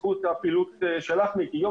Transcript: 24 שעות וחודשים.